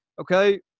Okay